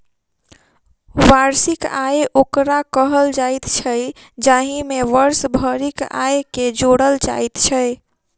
वार्षिक आय ओकरा कहल जाइत छै, जाहि मे वर्ष भरिक आयके जोड़ल जाइत छै